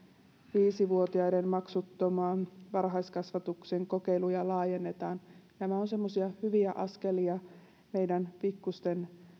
viisi vuotiaiden maksuttoman varhaiskasvatuksen kokeilua laajennetaan nämä ovat semmoisia hyviä askelia meidän pikkuisten